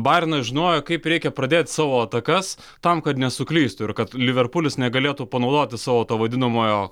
bajernas žinojo kaip reikia pradėti savo atakas tam kad nesuklystų ir kad liverpulis negalėtų panaudoti savo to vadinamojo